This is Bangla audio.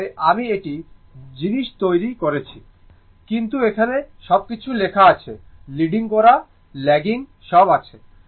এর পরে আমি এটি জিনিস তৈরি করেছি কিন্তু এখানে সবকিছু লেখা আছে লিডিং করা ল্যাগিং সব আছে